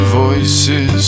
voices